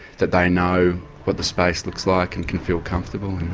that they know what the space looks like and can feel comfortable